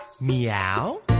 Meow